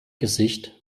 gesicht